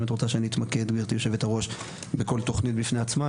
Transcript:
אם את רוצה שאתמקד בכל תכנית בפני עצמה,